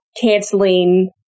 canceling